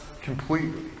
completely